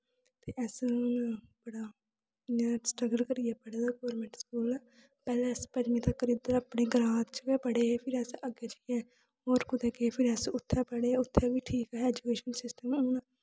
अस कुदै इन्नी स्टर्गल करियै पढ़े दे गौरमैंट स्कूल पैह्लें पंजमीं तक उद्धर अस अपने ग्रां गै पढ़े हे फिर अस अग्गें होर कुतै गे उत्थै पढ़े उत्थै बी ठीक हा ऐजुकेशन सिस्टम